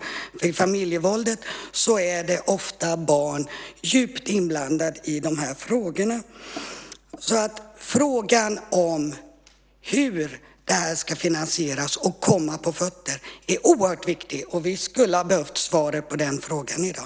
När det gäller familjevåldet är ofta barn djupt inblandade i frågorna. Frågan om hur det här ska finansieras och komma på fötter är oerhört viktig. Vi skulle ha behövt svaret på den frågan i dag.